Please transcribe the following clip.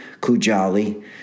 Kujali